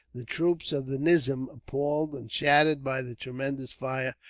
the troops of the nizam, appalled and shattered by the tremendous fire,